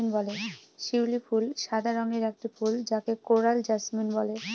শিউলি ফুল সাদা রঙের একটি ফুল যাকে কোরাল জাসমিন বলে